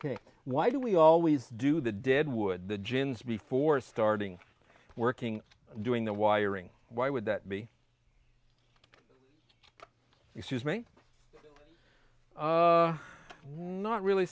why do we always do the dead wood the jinns before starting working doing the wiring why would that be excuse me not really